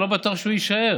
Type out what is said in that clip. אני לא בטוח שהוא יישאר,